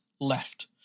left